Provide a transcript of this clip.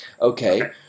Okay